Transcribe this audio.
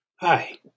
Hi